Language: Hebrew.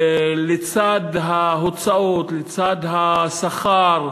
לצד ההוצאות, לצד השכר,